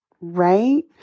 right